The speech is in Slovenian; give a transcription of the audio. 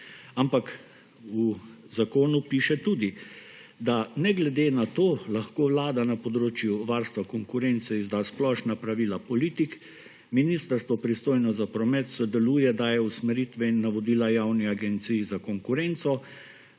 Ampak, v zakonu piše tudi, da ne glede na to lahko Vlada na področju varstva konkurence izda splošna pravila politik, ministrstvo, pristojno za promet sodeluje, daje usmeritve in navodila Javni agenciji za konkurenco,